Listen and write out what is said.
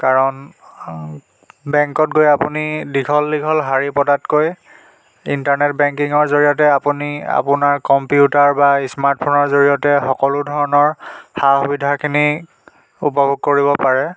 কাৰণ বেংকত গৈ আপুনি দীঘল দীঘল শাৰী পতাতকৈ ইণ্টাৰনেট বেংকিঙৰ জৰিয়তে আপুনি আপোনাৰ কম্পিউটাৰ বা ইস্মাৰ্ট ফোনৰ জৰিয়তে সকলো ধৰণৰ সা সুবিধাখিনি উপভোগ কৰিব পাৰে